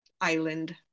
island